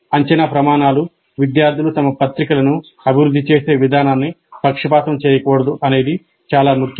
అంచనా ప్రమాణాలు విద్యార్థులు తమ పత్రికలను అభివృద్ధి చేసే విధానాన్ని పక్షపాతం చేయకూడదు అనేది చాలా ముఖ్యం